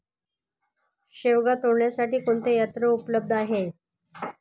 शेवगा तोडण्यासाठी कोणते यंत्र उपलब्ध आहे?